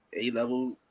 A-level